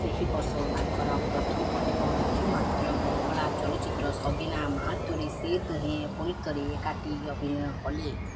ସେହି ବର୍ଷ ତାଙ୍କର ପ୍ରଥମ ଏବଂ ଏକମାତ୍ର ବଙ୍ଗଳା ଚଳଚ୍ଚିତ୍ର ସଗୀନା ମାହାତୋରେ ସେ ଦୁହେଁ ପୁଣିଥରେ ଏକାଠି ଅଭିନୟ କଲେ